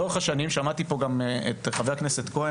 לאורך השנים שמעתי את חבר הכנסת אלי כהן